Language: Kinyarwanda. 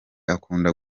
akunda